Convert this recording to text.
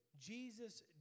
Jesus